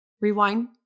rewind